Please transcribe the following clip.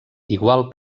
igual